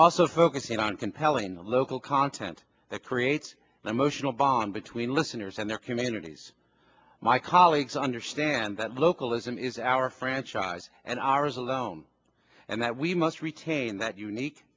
also focusing on compelling the local content that creates an emotional bond between listeners and their communities my colleagues understand that localism is our franchise and ours alone and that we must retain that unique